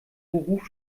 beruf